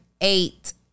eight